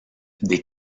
des